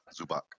Zubak